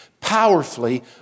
powerfully